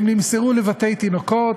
הם נמסרו לבתי-תינוקות,